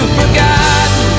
forgotten